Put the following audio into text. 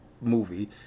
movie